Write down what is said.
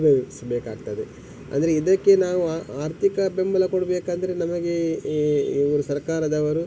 ಅನುಭವಿಸಬೇಕಾಗ್ತದೆ ಅಂದರೆ ಇದಕ್ಕೆ ನಾವು ಆರ್ಥಿಕ ಬೆಂಬಲ ಕೊಡಬೇಕಂದ್ರೆ ನಮಗೆ ಈ ಇವರು ಸರ್ಕಾರದವರು